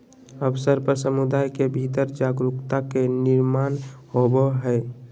अवसर पर समुदाय के भीतर जागरूकता के निर्माण होबय हइ